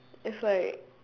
is like